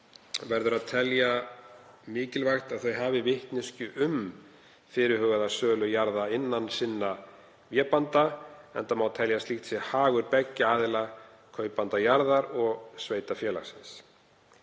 verður að telja mikilvægt að þau hafi vitneskju um fyrirhugaða sölu jarða innan sinna vébanda enda má telja að slíkt sé hagur beggja aðila, kaupanda jarðar og sveitarfélagsins.